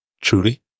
truly